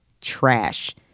trash